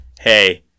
hey